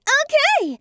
okay